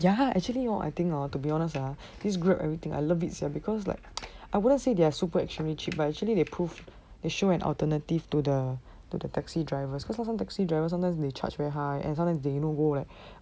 ya actually hor I think hor to be honest ah this grab everything I love it sia because like I wouldn't say they are super extremely cheap but actually they proved they showed an alternative to the to the taxi drivers cause sometime taxi drivers sometimes they charge very high and and sometimes they even go like